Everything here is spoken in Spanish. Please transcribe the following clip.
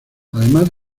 además